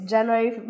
January